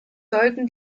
sollten